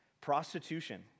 Prostitution